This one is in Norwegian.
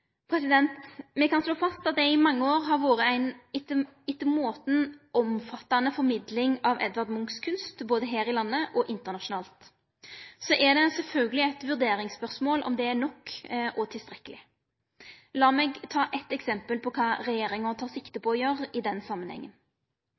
fødd. Me kan slå fast at det i mange år har vore ei etter måten omfattande formidling av Edvard Munchs kunst både her i landet og internasjonalt. Så er det sjølvsagt eit vurderingsspørsmål om det er nok og tilstrekkeleg. Lat meg ta eit eksempel på kva regjeringa no tek sikte